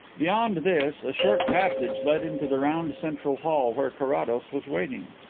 beyond this, a short passage led into the round central hall where carrados was waiting.